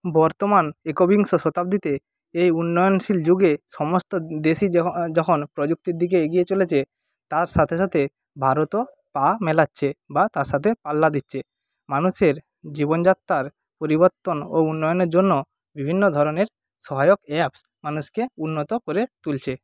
বর্তমান একবিংশ শতাব্দীতে এই উন্নয়নশীল যুগে সমস্ত দেশই যখন প্রযুক্তির দিকে এগিয়ে চলেছে তার সাথে সাথে ভারতও পা মেলাচ্ছে বা তার সাথে পাল্লা দিচ্ছে মানুষের জীবনযাত্রার পরিবত্তন ও উন্নয়নের জন্য বিভিন্ন ধরনের সহায়ক অ্যাপস মানুষকে উন্নত করে তুলছে